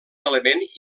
element